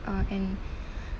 uh and